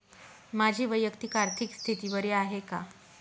माझी वैयक्तिक आर्थिक स्थिती बरी आहे का?